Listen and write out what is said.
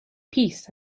peace